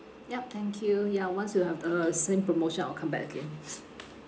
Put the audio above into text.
yup thank you ya once you have the same promotion I'll come back again